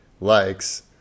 likes